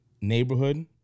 neighborhood